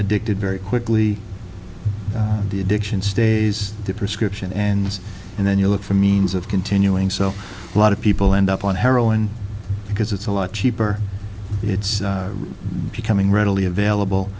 addicted very quickly the addiction stays the prescription and and then you look for means of continuing so a lot of people end up on heroin because it's a lot cheaper it's becoming readily available